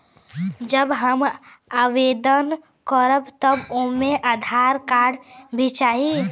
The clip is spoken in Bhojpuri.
जब हम आवेदन करब त ओमे आधार कार्ड भी चाही?